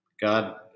God